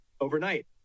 overnight